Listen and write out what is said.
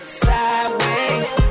sideways